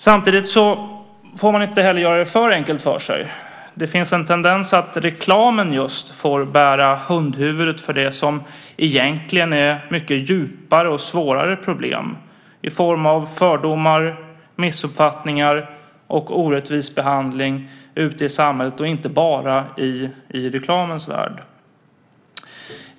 Samtidigt får man inte göra det för enkelt för sig. Det finns en tendens att reklamen just får bära hundhuvudet för det som egentligen är mycket djupare och svårare problem i form av fördomar, missuppfattningar och orättvis behandling ute i samhället och inte bara i reklamens värld.